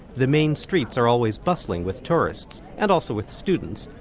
the main streets are always bustling with tourists and also with students.